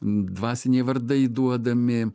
dvasiniai vardai duodami